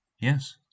yes